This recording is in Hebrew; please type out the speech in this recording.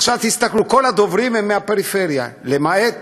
עכשיו תסתכלו, כל הדוברים הם מהפריפריה, למעט